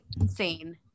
Insane